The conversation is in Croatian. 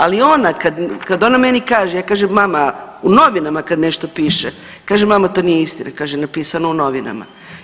Ali ona, kad ona meni kaže, ja kažem mama, u novinama kad nešto piše, kažem mama, to nije istina, kaže napisano u novinama.